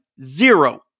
zero